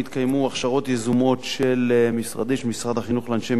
הכשרות יזומות של משרד החינוך לאנשי מקצוע.